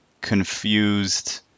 confused